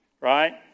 Right